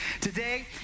Today